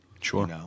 Sure